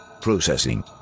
Processing